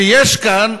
ויש כאן הרגשה,